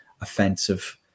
offensive